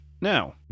now